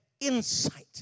insight